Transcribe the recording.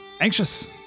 anxious